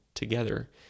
together